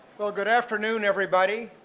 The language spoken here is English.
well, good afternoon everybody.